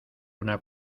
una